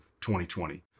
2020